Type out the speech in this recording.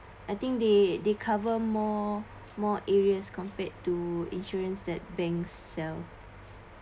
I think they they cover more more more are as compared to insurance that banks itself